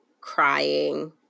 crying